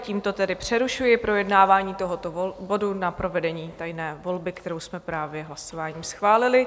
Tímto tedy přerušuji projednávání tohoto bodu na provedení tajné volby, kterou jsme právě hlasováním schválili.